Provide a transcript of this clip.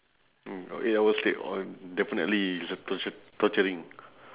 mm for eight hour straight !wah! definitely it's a tortur~ torturing